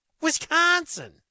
Wisconsin